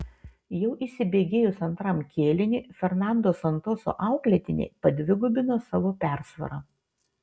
jau įsibėgėjus antram kėliniui fernando santoso auklėtiniai padvigubino savo persvarą